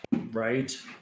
Right